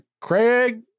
Craig